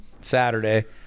Saturday